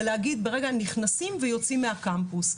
ולהגיד נכנסים ויוצאים מהקמפוס.